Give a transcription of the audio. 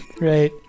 Right